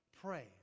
Pray